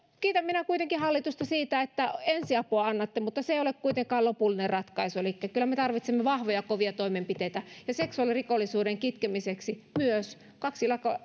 kiitän minä kuitenkin hallitusta siitä että ensiapua annatte mutta se ei ole kuitenkaan lopullinen ratkaisu elikkä kyllä me tarvitsemme vahvoja kovia toimenpiteitä ja seksuaalirikollisuuden kitkemiseksi myös kaksi